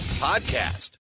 podcast